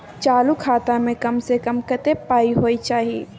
चालू खाता में कम से कम कत्ते पाई होय चाही?